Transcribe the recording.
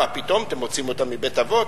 מה פתאום אתם מוציאים אותה מבית-אבות,